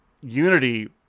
Unity